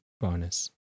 bonus